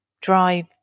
drive